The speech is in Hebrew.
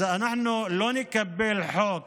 אז אנחנו לא נקבל חוק